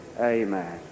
amen